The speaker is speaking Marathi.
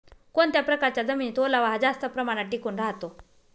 कोणत्या प्रकारच्या जमिनीत ओलावा हा जास्त प्रमाणात टिकून राहतो?